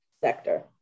sector